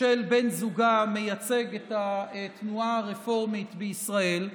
של בן זוגה מייצג את התנועה הרפורמית בישראל,